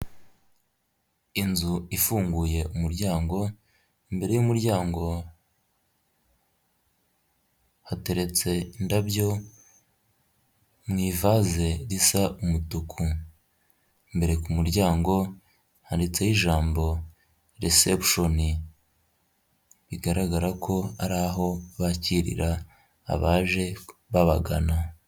Inzu ifunguye umuryango, imbere y'umuryango hateretse indabyo mu ivaze risa umutuku, imbere ku muryango handitseho ijambo risebushoni bigaragara ko ari aho bakirira abaje babagana.